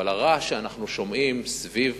אבל הרעש שאנחנו שומעים סביב